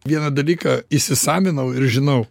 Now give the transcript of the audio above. vieną dalyką įsisavinau ir žinau